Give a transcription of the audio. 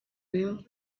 bimwe